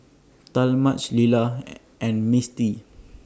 Talmadge Lilah and Misti